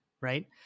Right